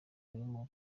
arimo